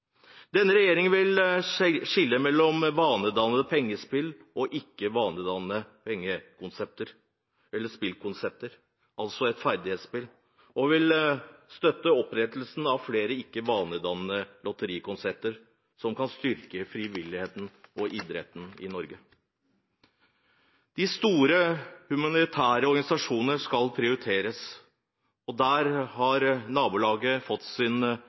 Denne regjeringen vil skille mellom vanedannende pengespill og ikke-vanedannende spillkonsepter, altså et ferdighetsspill, og vil støtte opprettelsen av flere ikke-vanedannende lotterikonsepter som kan styrke frivilligheten og idretten i Norge. De store humanitære organisasjoner skal prioriteres, og der har Nabolaget fått sin